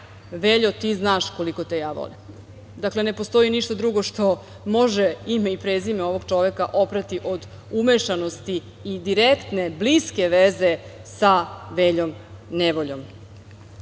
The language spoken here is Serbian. Veljo, ti znaš koliko te ja volim. Dakle, ne postoji ništa drugo što može ime i prezime ovog čoveka oprati od umešanosti i direktne, bliske veze sa Veljom nevoljom. Takođe,